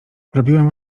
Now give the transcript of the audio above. robiłem